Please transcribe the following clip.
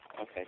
Okay